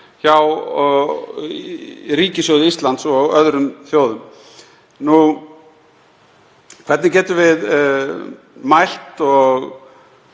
hjá ríkissjóði Íslands og öðrum þjóðum. Hvernig getum við mælt og